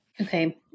Okay